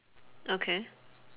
okay